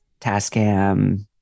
Tascam